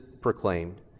proclaimed